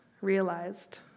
realized